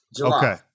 okay